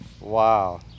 Wow